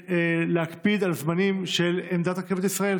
להקפיד על הזמנים של עמדת רכבת ישראל.